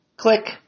click